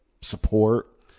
support